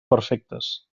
perfectes